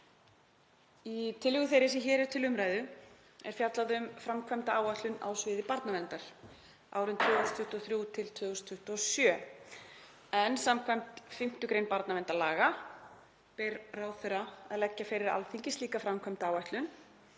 Í tillögu þeirri sem hér er til umræðu er fjallað um framkvæmdaáætlun á sviði barnaverndar árin 2023–2027 en skv. 5. gr. barnaverndarlaga ber ráðherra að leggja fyrir Alþingi slíka framkvæmdaáætlun